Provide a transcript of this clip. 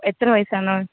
എത്ര വയസ്സാണ്